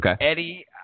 Eddie